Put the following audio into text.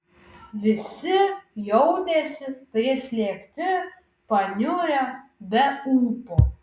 visi jautėsi prislėgti paniurę be ūpo